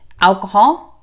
alcohol